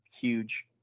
huge